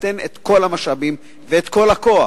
אז תן את כל המשאבים ואת כל הכוח.